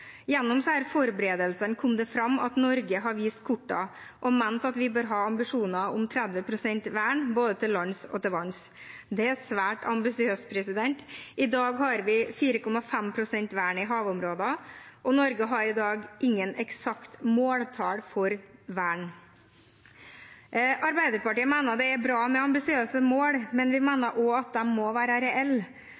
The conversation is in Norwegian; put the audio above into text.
Gjennom disse forberedelsene kom det fram at Norge har vist kortene og ment at vi bør ha ambisjoner om 30 pst. vern, både til lands og til vanns – det er svært ambisiøst. I dag har vi 4,5 pst. vern i havområder, og Norge har i dag ingen eksakte måltall for vern. Arbeiderpartiet mener at det er bra med ambisiøse mål, men vi